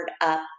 up